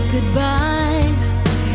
goodbye